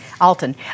alton